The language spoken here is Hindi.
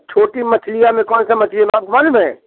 छोटी मछलियाँ में कौन सा मछली आपको मालूम है